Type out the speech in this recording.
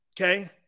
Okay